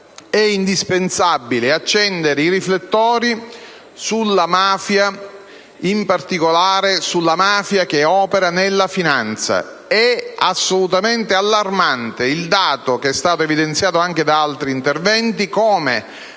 ed indispensabile accendere i riflettori sulla mafia, in particolare sulla mafia che opera nella finanza. È assolutamente allarmante il dato, che è stato evidenziato anche da altri interventi,